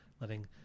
letting